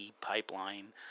pipeline